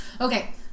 okay